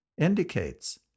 indicates